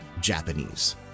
Japanese